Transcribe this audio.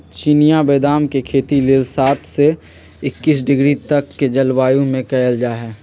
चिनियाँ बेदाम के खेती लेल सात से एकइस डिग्री तक के जलवायु में कएल जाइ छइ